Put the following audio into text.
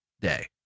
day